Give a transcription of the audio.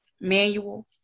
manual